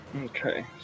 Okay